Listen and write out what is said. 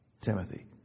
Timothy